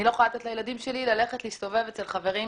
אני לא יכולה לתת לילדים שלי ללכת להסתובב אצל חברים,